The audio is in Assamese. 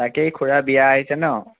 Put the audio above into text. তাকেই খুৰাৰ বিয়া আহিছে ন'